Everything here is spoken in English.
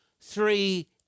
three